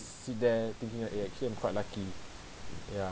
sit there thinking it actually I'm quite lucky ya